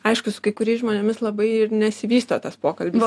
aišku su kai kuriais žmonėmis labai ir nesivysto tas pokalbis